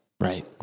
right